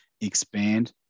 expand